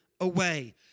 away